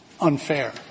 unfair